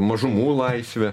mažumų laisvė